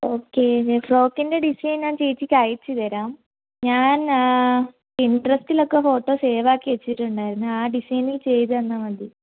okay ഞാൻ ഫ്രോക്കിന്റെ design ഞാൻ ചേച്ചിയ്ക്ക് അയച്ച് തരാം ഞാൻ പിൻട്രസ്റ്റിലൊക്കെ ഫോട്ടോ സേവാക്കി വച്ചിട്ടുണ്ടായിരുന്നു ആ ഡിസൈനിൽ ചെയ്തു തന്നാൽ മതി